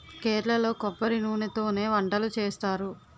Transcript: కేరళలో కొబ్బరి నూనెతోనే వంటలు చేస్తారు